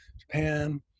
Japan